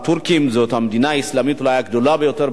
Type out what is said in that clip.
שהיא המדינה האסלאמית אולי הגדולה ביותר באזור,